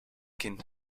kind